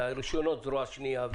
והרישיונות זרוע שנייה,